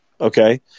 Okay